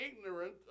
ignorant